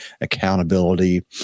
accountability